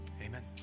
amen